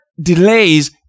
delays